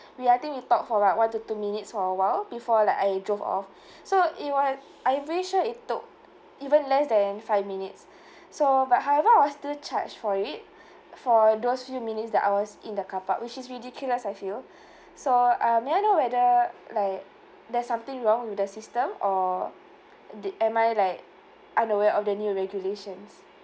we I think we talk for a while one to two minutes for a while before like I drove off so it was I'm really sure it took even less than five minutes so but however I was charged for it for those few minutes that I was in the car park which is ridiculous I feel so um may I know whether like there's something wrong with the system or did am I like unaware of the new regulations